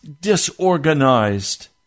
disorganized